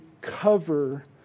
cover